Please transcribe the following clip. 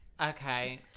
Okay